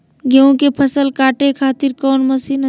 गेहूं के फसल काटे खातिर कौन मसीन अच्छा रहतय?